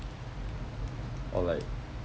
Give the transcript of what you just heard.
or like